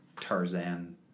Tarzan